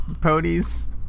ponies